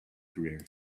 career